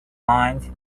mind